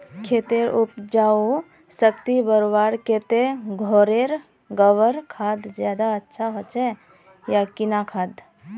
खेतेर उपजाऊ शक्ति बढ़वार केते घोरेर गबर खाद ज्यादा अच्छा होचे या किना खाद?